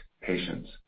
patients